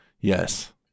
Yes